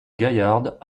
gaillarde